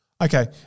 Okay